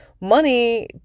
Money